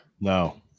No